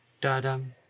da-dum